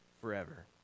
forever